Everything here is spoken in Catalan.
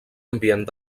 ambient